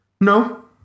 No